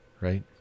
right